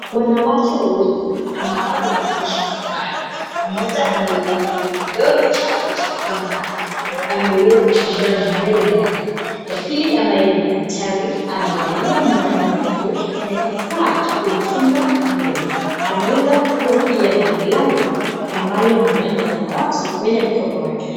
Wanawake wawili ambao wanaonyesha furaha, mmoja ameweza kuinua kidole chake cha kwanza na ameweza kunyoa nywele yake. Wa pili ambaye ni daktari amevalia miwani yake na kifaa cha kumkinga nywele, ameweza kuwa pia glavu ambayo ni ya rangi ya samawati kwenye mkono wake.